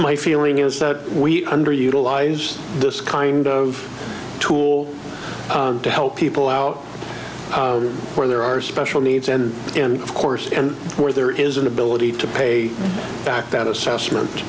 my feeling is that we underutilized this kind of tool to help people out where there are special needs and and of course and where there is an ability to pay back that assessment